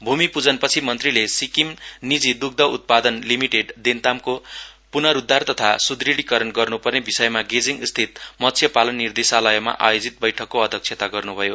भूमि पूजनपछि मन्त्रीले सिक्किम नीजि दुग्ध उत्पादन लिमिटेड देन्तामको पुनरूद्वार तथा सुदुडीकरण गर्ने विषयमा गेजिङस्थित मत्स्यपालन निर्देशालयमा आयोजित बैठकको अध्यक्षता गर्नुभयो